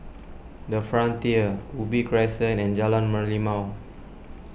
the Frontier Ubi Crescent and Jalan Merlimau